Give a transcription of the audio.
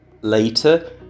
Later